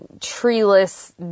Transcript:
treeless